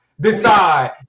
decide